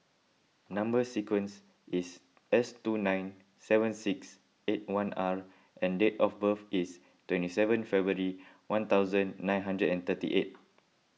Number Sequence is S two nine seven six eight one R and date of birth is twenty seven February one thousand nine hundred and thirty eight